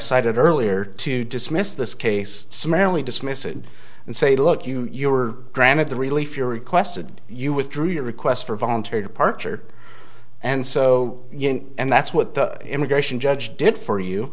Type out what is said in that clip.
cited earlier to dismiss this case summarily dismiss it and say look you you were granted the relief you're requested you withdrew your request for voluntary departure and so and that's what the immigration judge did for you